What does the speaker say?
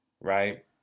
Right